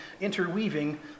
interweaving